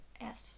Yes